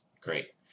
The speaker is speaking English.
Great